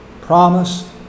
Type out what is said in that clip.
promise